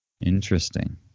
Interesting